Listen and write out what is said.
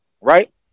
right